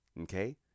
Okay